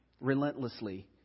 relentlessly